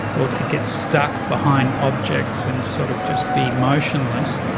or to get stuck behind objects and sort of just be motionless,